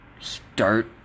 start